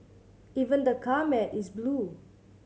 even the car mat is blue